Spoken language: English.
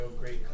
great